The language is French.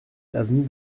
avenue